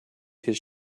this